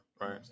right